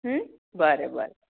बरें बरें